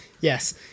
Yes